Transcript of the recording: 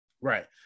Right